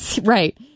Right